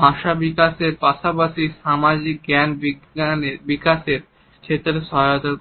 ভাষা বিকাশের পাশাপাশি সামাজিক জ্ঞান বিকাশের ক্ষেত্রে সহায়তা করে